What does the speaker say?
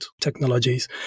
technologies